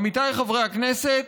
עמיתיי חברי הכנסת,